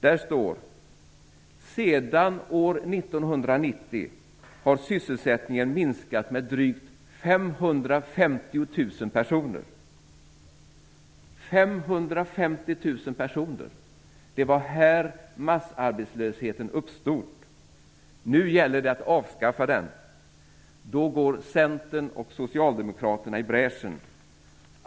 Där står: Sedan år 1990 har sysselsättningen minskat med drygt 550 000 personer. 550 000 personer - det var här massarbetslösheten uppstod. Nu gäller det att avskaffa den. Då går Centern och Socialdemokraterna i bräschen.